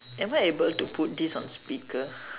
am I able to put this on speaker